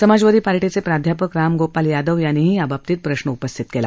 समाजवादी पार्टीचे प्राध्यापक रामगोपाल यादव यांनीही याबाबतीत प्रश्न उपस्थित केला